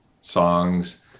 songs